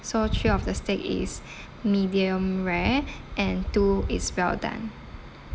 so three of the steak is medium rare and two is well done